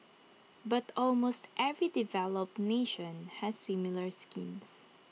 but almost every developed nation has similar schemes